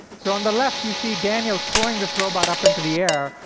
so on the left, you see daniel throwing this robot up into the air,